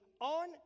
on